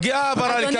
מגיעה העברה לכאן,